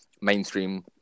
mainstream